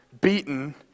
beaten